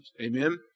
Amen